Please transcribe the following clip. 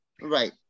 right